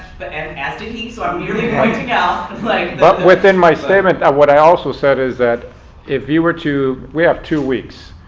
but and as did he so i'm merely pointing out. like but within my statement what i also said is that if you were to we have two weeks.